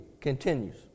Continues